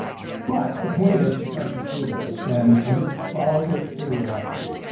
but the point is is you got to pursue those and and just follow your curiosity.